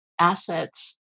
assets